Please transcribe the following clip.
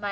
lah